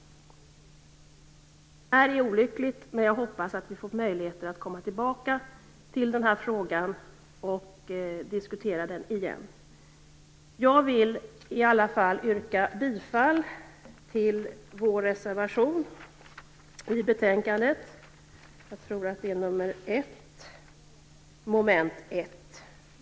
Det här är olyckligt, men jag hoppas att vi får möjlighet att komma tillbaka till frågan och diskutera den igen. Jag vill i alla fall yrka bifall till vår reservation i betänkandet, reservation 1, mom. 1.